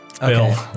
Bill